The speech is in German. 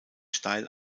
steil